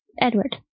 Edward